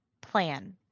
plan